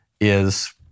is-